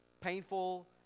painful